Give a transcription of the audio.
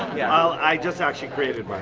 well, i just actually created